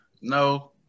No